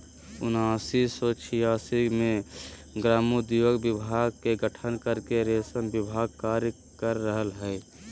उन्नीस सो छिआसी मे ग्रामोद्योग विभाग के गठन करके रेशम विभाग कार्य कर रहल हई